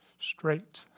straight